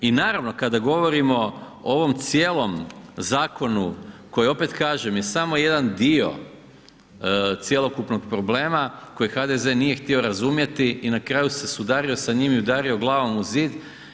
I naravno kada govorimo o ovom cijelom zakonu koji je opet kažem samo jedan dio cjelokupnog problema koji HDZ nije htio razumjeti i na kraju se sudario s njim i udario glavom u zid.